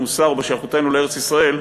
במוסר ובשייכותנו לארץ-ישראל,